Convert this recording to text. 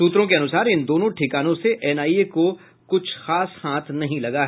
सूत्रों के अनुसार इन दोनों ठिकानों से एनआईए को कुछ हाथ नहीं लग सका